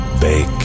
big